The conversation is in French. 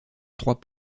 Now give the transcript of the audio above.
trois